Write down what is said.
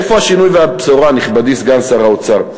איפה השינוי והבשורה, נכבדי סגן שר האוצר?